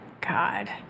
God